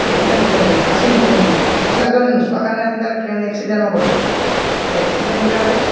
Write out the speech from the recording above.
signal যোনে দিয়ে passing যোনে দিয়ে সেইবিলাক যদি নোচোৱা কাৰণে আজিকালি ট্ৰেইন এক্সিডেণ্ট হ'ব ধৰিছে সেই এক্সিডেণ্টবিলাকেই